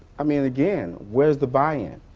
i mean again, where's the buy-in?